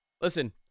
Listen